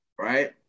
right